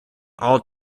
all